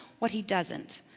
what he doesn't,